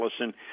Allison